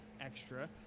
extra